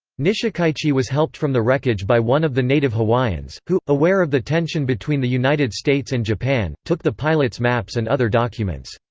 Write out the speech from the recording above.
nishikaichi was helped from the wreckage by one of the native hawaiians, who, aware of the tension between the united states and japan, took the pilot's maps and other documents.